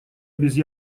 без